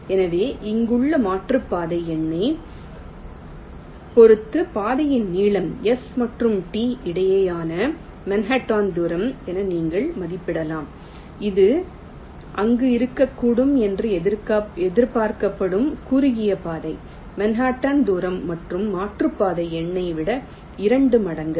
எனவே இங்குள்ள மாற்றுப்பாதை எண்ணைப் பொறுத்து பாதையின் நீளம் S மற்றும் T இடையேயான மன்ஹாட்டன் தூரம் என நீங்கள் மதிப்பிடலாம் இது அங்கு இருக்கக்கூடாது என்று எதிர்பார்க்கப்படும் குறுகிய பாதை மன்ஹாட்டன் தூரம் மற்றும் மாற்றுப்பாதை எண்ணை விட இரண்டு மடங்கு